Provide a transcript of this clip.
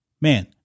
Man